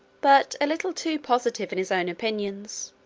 but a little too positive in his own opinions,